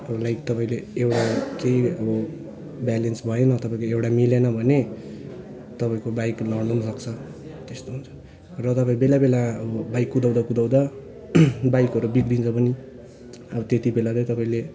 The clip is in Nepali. अब लाइक तपाईँले एउटा केही अब ब्यालेन्स भएन तपाईँको एउटा मिलेन भने तपाईँको बाइक लड्नु पनि सक्छ त्यस्तो हुन्छ र तपाईँ बेलाबेला बाइक कुदाउँदा कुदाउँदा बाइकहरू बिग्रिन्छ पनि अब त्यति बेला चाहिँ तपाईँले